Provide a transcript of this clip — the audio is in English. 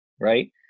Right